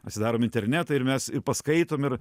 atsidarom internetą ir mes ir paskaitom ir